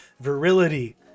virility